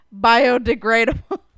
biodegradable